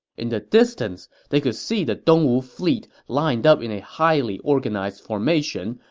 in the distance, they could see the dongwu fleet lined up in a highly organized formation,